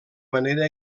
manera